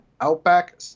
Outback